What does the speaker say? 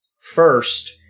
first